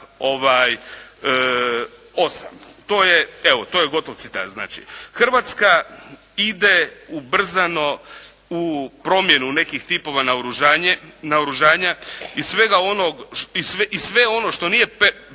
evo to je gotov citat znači. Hrvatska ide ubrzano u promjenu nekih tipova naoružanja i sve ono što nije